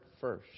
first